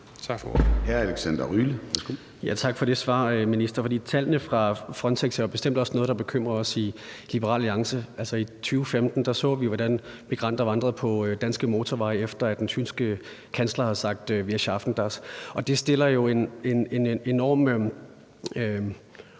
Tak for det svar, minister, for tallene fra Frontex er jo bestemt også noget, der bekymrer os i Liberal Alliance. I 2015 så vi, hvordan migranter vandrede på danske motorveje, efter at den tyske kansler havde sagt: Wir schaffen das. Det skaber jo en enorm